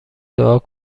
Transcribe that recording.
دعا